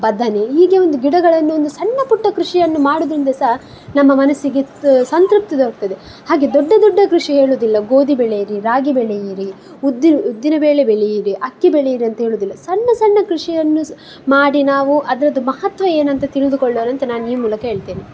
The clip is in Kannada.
ಬದನೆ ಹೀಗೆ ಒಂದು ಗಿಡಗಳನ್ನು ಒಂದು ಸಣ್ಣಪುಟ್ಟ ಕೃಷಿಯನ್ನು ಮಾಡೋದ್ರಿಂದ ಸಹ ನಮ್ಮ ಮನಸ್ಸಿಗೆ ಸಂತೃಪ್ತಿ ದೊರಕ್ತದೆ ಹಾಗೆ ದೊಡ್ಡ ದೊಡ್ಡ ಕೃಷಿ ಹೇಳೋದಿಲ್ಲಾ ಗೋಧಿ ಬೆಳೆಯಿರಿ ರಾಗಿ ಬೆಳೆಯಿರಿ ಉದ್ದಿನ ಬೇಳೆ ಬೆಳೆಯಿರಿ ಅಕ್ಕಿ ಬೆಳೆಯಿರಿ ಅಂತ ಹೇಳೋದಿಲ್ಲ ಸಣ್ಣಸಣ್ಣ ಕೃಷಿಯನ್ನು ಸಹ ಮಾಡಿ ನಾವು ಅದ್ರದ್ದು ಮಹತ್ವ ಏನಂತ ತಿಳಿದುಕೊಳ್ಳೋಣ ಅಂತ ನಾನು ಈ ಮೂಲಕ ಹೇಳ್ತೇನೆ